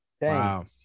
Wow